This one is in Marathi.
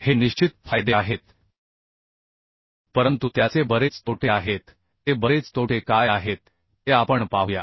हे निश्चित फायदे आहेत परंतु त्याचे बरेच तोटे आहेत ते बरेच तोटे काय आहेत ते आपण पाहूया